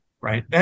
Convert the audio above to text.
Right